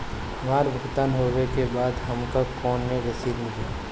हमार भुगतान होबे के बाद हमके कौनो रसीद मिली?